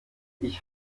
ich